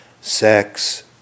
sex